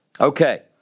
Okay